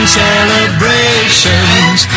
celebrations